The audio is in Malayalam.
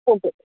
ശരി ശരി